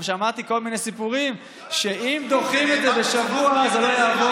גם שמעתי כל מיני סיפורים שאם דוחים את זה בשבוע זה לא יעבור,